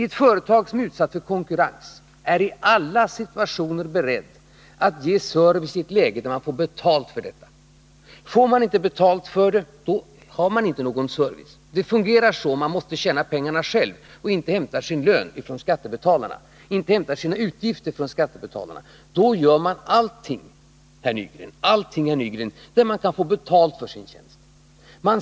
Ett företag som är utsatt för konkurrens är i alla situationer berett att ge service när man får betalt för detta. Får man inte betalt för det, då har man inte någon service. Det fungerar så när man måste tjäna pengarna själv, inte hämta sin lön och sina utgifter från skattebetalarna. Man gör allting, herr Nygren, när man kan få betalt för sin tjänst.